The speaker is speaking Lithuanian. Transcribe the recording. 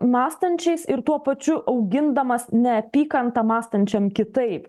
mąstančiais ir tuo pačiu augindamas neapykantą mąstančiam kitaip